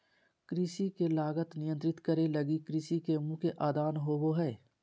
कृषि के लागत नियंत्रित करे लगी कृषि के मुख्य आदान होबो हइ